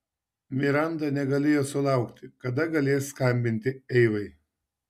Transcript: miranda negalėjo sulaukti kada galės skambinti eivai